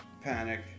panic